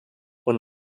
und